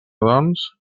doncs